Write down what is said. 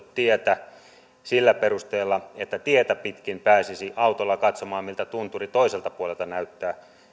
tietä sillä perusteella että tietä pitkin pääsisi autolla katsomaan miltä tunturi toiselta puolelta näyttää